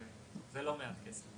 לא זה לא מעט כסף.